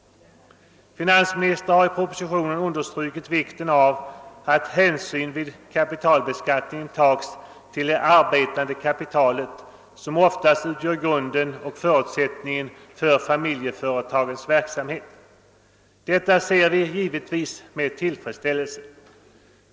Finansministern har i propositionen understrukit vikten av att hänsyn vid kapitalbeskattningen tas till »det arbetande kapitalet» som oftast utgör grunden och förutsättningen för fa miljeföretagens verksamhet. Detta ser vi givetvis med tillfredsställelse.